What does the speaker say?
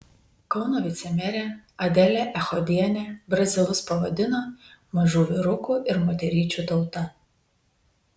kauno vicemerė adelė echodienė brazilus pavadino mažų vyrukų ir moteryčių tauta